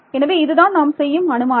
எனவே இது தான் நாம் செய்யும் அனுமானம்